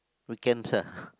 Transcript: weekends ah